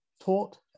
taught